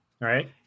right